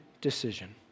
decision